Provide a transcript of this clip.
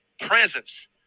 presence